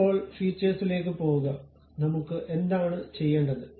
ഇപ്പോൾ ഫീച്ചേഴ്സിലേക്ക് പോകുക നമുക്ക് എന്താണ് ചെയ്യേണ്ടത്